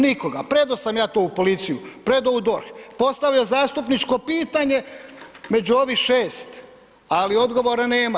Nikoga, predao sam ja to u policiju, predao u DORH, postavio zastupničko pitanje, među ovih 6. Ali, odgovora nema.